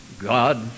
God